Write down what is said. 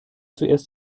zuerst